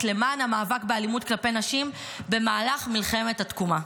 למען המאבק באלימות כלפי נשים במהלך מלחמת התקומה.